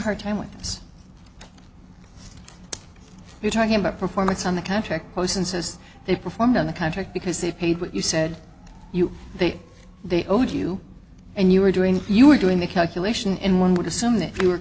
hard time with us you're talking about performance on the contract post insists they performed on the contract because they paid what you said you think they owed you and you were doing you were doing the calculation in one would assume that you were